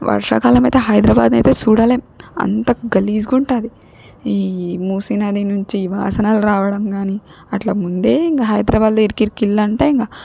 వర్షాకాలమైతే హైదరాబాద్నైతే సూడలేం అంత గలీజ్గుంటాది ఈ మూసీ నది నుంచి వాసనలు రావడం గానీ అట్లా ముందే ఇంక హైదరాబాద్లో ఇరుకిరుకిళ్ళంటే ఇంక